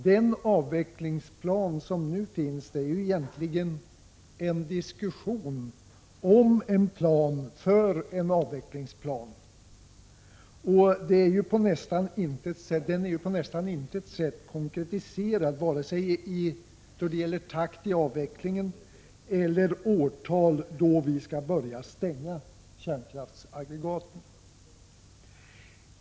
Den avvecklingsplan som nu finns är ju egentligen en diskussion om en plan för en avvecklingsplan, och den är ju på nästan intet sätt konkretiserad, vare sig då det gäller takt i avvecklingen eller årtal då vi skall börja stänga kärnkraftsaggregaten.